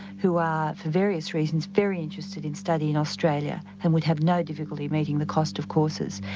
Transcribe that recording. who are for various reasons very interested in studying in australia, and would have no difficulty meeting the cost of courses.